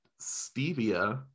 Stevia